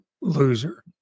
loser